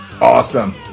awesome